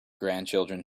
grandchildren